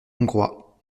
hongrois